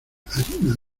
harina